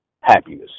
happiness